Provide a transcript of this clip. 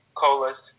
colas